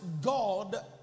God